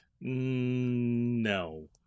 No